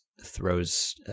throws